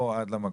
או עד למקום.